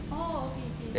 oh okay okay